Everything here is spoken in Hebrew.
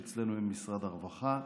שאצלנו יהיה משרד הרווחה,